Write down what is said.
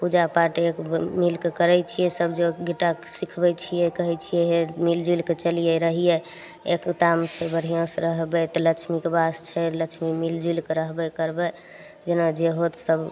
पूजा पाठ एक मिलके करय छियै सबगोटा सिखबय छियै कहय छियै हे मिल जुलिके चलिहे रहिये बढ़िआँसँ रहबै तऽ लक्ष्मीके बास छै लक्ष्मी मिल जुलिकऽ रहबय करबय जेना जे होत सब